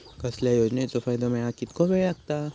कसल्याय योजनेचो फायदो मेळाक कितको वेळ लागत?